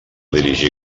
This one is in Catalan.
dirigir